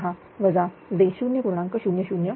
006 j 0